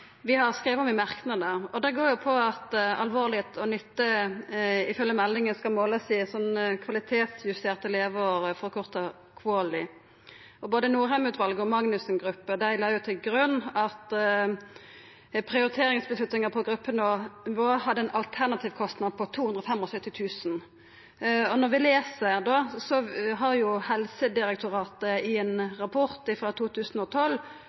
vi har skrive om i merknad, og det går på at alvorlegheit og nytte ifølgje meldinga skal målast i kvalitetsjusterte leveår, forkorta QALY. Både Norheim-utvalet og Magnussen-utvalet la til grunn at prioriteringsvedtak på gruppenivå hadde ein alternativ kostnad på 275 000 kr. Vi les f.eks. at Helsedirektoratet i ein rapport frå 2012